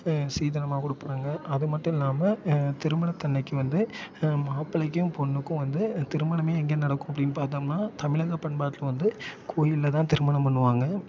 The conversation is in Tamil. சீதனமாக கொடுப்பாங்க அது மட்டும் இல்லாமல் திருமணத்தன்னைக்கு வந்து மாப்பிள்ளைக்கும் பொண்ணுக்கும் வந்து திருமணமே எங்கே நடக்கும் அப்படின்னு பார்த்தோம்னா தமிழக பண்பாட்டில் வந்து கோவிலில் தான் திருமணம் பண்ணுவாங்க